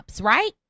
Right